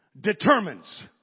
determines